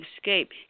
escape